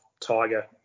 tiger